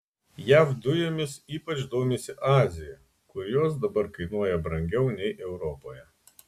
jav dujomis ypač domisi azija kur jos dabar kainuoja brangiau nei europoje